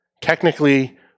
technically